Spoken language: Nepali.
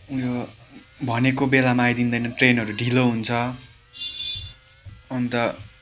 उयो भनेको बेलामा आइदिँदैन ट्रेनहरू ढिलो हुन्छ अन्त